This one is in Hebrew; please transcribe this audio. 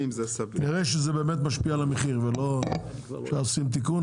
נראה שזה באמת משפיע על המחיר ולא שעושים תיקון,